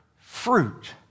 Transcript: fruit